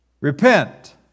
Repent